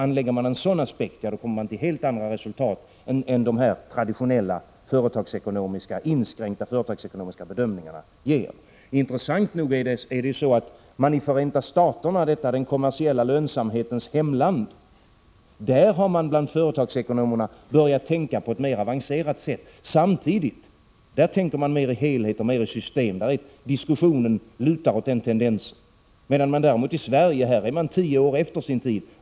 Anlägger man en sådan aspekt kommer man till helt andra resultat än de traditionella inskränkta företagsekonomiska bedömningarna ger. Intressant nog är att man i Förenta Staterna, detta den kommersiella lönsamhetens hemland, bland företagsekonomerna samtidigt har börjat tänka på ett mer avancerat sätt. Där tänker man mer i helhet och system. Diskussionen lutar åt den tendensen, medan man i Sverige är tio år efter sin tid.